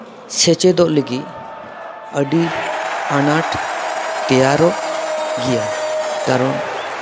ᱥᱮᱪᱮᱫᱚᱜ ᱞᱟᱹᱜᱤᱫ ᱟᱹᱰᱤ ᱟᱱᱟᱴ ᱛᱮᱭᱟᱨᱚᱜ ᱜᱮᱭᱟ ᱠᱟᱨᱚᱱ